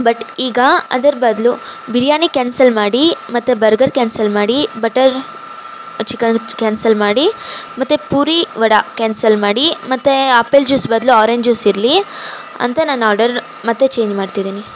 but ಈಗ ಅದರ ಬದಲು ಬಿರಿಯಾನಿ ಕ್ಯಾನ್ಸಲ್ ಮಾಡಿ ಮತ್ತೆ ಬರ್ಗರ್ ಕ್ಯಾನ್ಸಲ್ ಮಾಡಿ ಬಟರ್ ಚಿಕನ್ ಕ್ಯಾನ್ಸಲ್ ಮಾಡಿ ಮತ್ತೆ ಪೂರಿ ವಡಾ ಕ್ಯಾನ್ಸಲ್ ಮಾಡಿ ಮತು ಆಪಲ್ ಜ್ಯೂಸ್ ಬದಲು ಆರೆಂಜ್ ಜ್ಯೂಸ್ ಇರಲಿ ಅಂತ ನನ್ನ ಆರ್ಡರ್ ಮತ್ತೆ ಚೇಂಜ್ ಮಾಡ್ತಿದ್ದೀನಿ